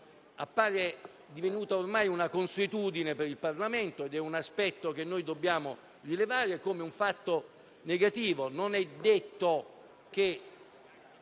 appare divenuto ormai una consuetudine per il Parlamento. È un aspetto che noi dobbiamo rilevare come un fatto negativo: